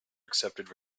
accepted